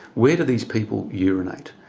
where do these people urinate?